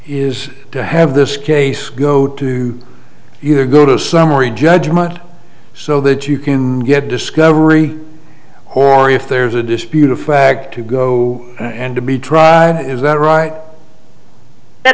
is to have this case go to either go to a summary judgment so that you can get discovery or if there's a dispute a flag to go and to be tried is that right that